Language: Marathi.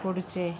पुढचे